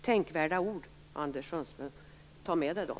Tänkvärda ord, Anders Sundström. Ta med dem!